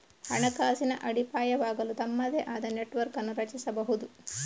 ಹಣಕಾಸಿನ ಅಡಿಪಾಯವಾಗಲು ತಮ್ಮದೇ ಆದ ನೆಟ್ವರ್ಕ್ ಅನ್ನು ರಚಿಸಬಹುದು